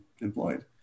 employed